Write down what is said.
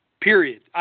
period